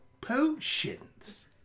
potions